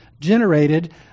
generated